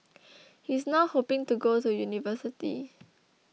he is now hoping to go to university